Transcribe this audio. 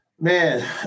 man